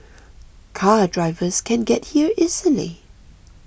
car drivers can get here easily